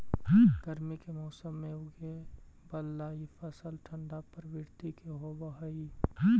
गर्मी के मौसम में उगे बला ई फल ठंढा प्रवृत्ति के होब हई